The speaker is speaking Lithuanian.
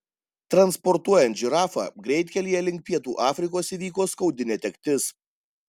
transportuojant žirafą greitkelyje link pietų afrikos įvyko skaudi netektis